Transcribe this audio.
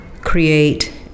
create